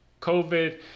covid